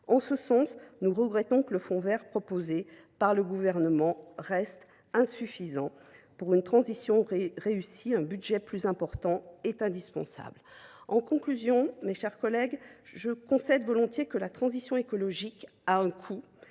En ce sens, nous regrettons que le fonds vert proposé par le Gouvernement reste insuffisant. Pour une transition réussie, il est indispensable de prévoir un budget plus important. En conclusion, mes chers collègues, je concède volontiers que la transition écologique a un coût,